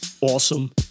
awesome